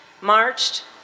marched